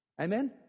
Amen